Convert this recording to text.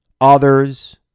others